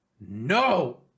No